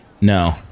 No